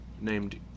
named